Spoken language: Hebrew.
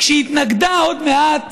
כשהיא התנגדה עוד מעט